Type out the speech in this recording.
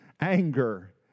Anger